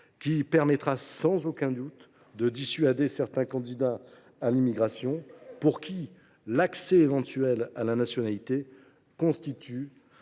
qui dissuadera sans aucun doute certains candidats à l’immigration, pour qui l’accès éventuel à la nationalité constitue